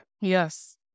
Yes